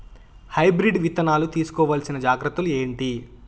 Hybrid విత్తనాలు తీసుకోవాల్సిన జాగ్రత్తలు ఏంటి?